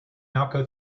malco